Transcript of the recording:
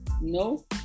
No